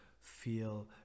feel